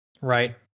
right